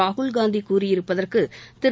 Rahul Gandhi கூறியிருப்பதற்கு Thiru